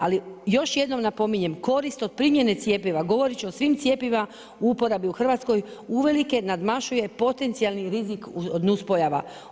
Ali još jednom napominjem korist od primjene cjepiva, govorit ću o svim cjepivima u uporabi u Hrvatskoj uvelike nadmašuje potencijalni rizik od nuspojava.